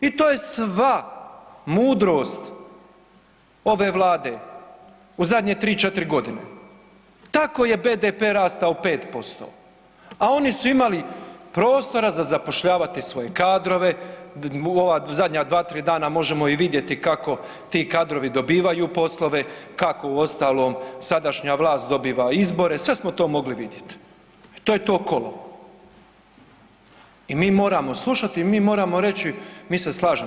I to je sva mudrost ove Vlade u zadnje tri, četiri godine tako je BDP rastao 5%, a oni su imali prostora za zapošljavati svoje kadrove, u ova zadnja dva, tri dana možemo vidjeti kako ti kadrovi dobivaju poslove, kako uostalom sadašnja vlast dobiva izbore, sve smo to mogli vidjet i to je to kolo i mi moramo slušati i mi moramo reći, mi se slažemo.